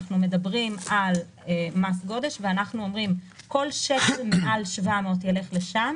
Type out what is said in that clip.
אנחנו מדברים על מס גודש ואומרים: כל שקל מעל 700 מיליון שקל ילך למטרו.